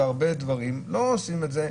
לא עושים את זה.